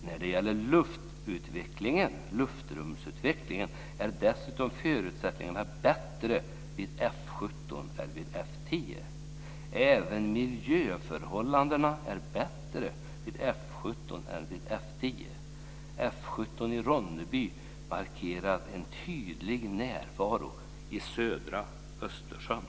När det gäller luftrumsutvecklingen är förutsättningarna dessutom bättre vid F 17 än vid F 10, säger man vidare. Även miljöförhållandena är bättre vid F 17 än vid F 10. F 17 i Ronneby markerar en tydlig närvaro i södra Östersjön.